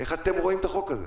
איך אתם רואים את החוק הזה?